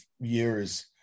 years